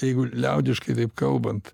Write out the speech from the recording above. jeigu liaudiškai taip kalbant